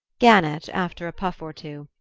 gannett, after a puff or two,